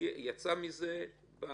יצא מזה, בא